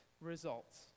results